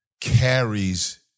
carries